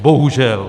Bohužel.